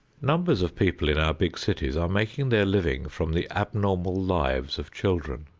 numbers of people in our big cities are making their living from the abnormal lives of children.